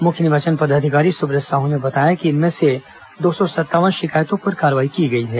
मुख्य निर्वाचन पदाधिकारी सुब्रत साहू ने बताया कि इनमें से दो सौ संतावन शिकायतों पर कार्रवाई की गई है